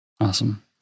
Awesome